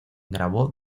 grabó